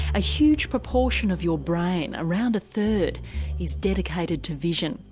a huge proportion of your brain around a third is dedicated to vision.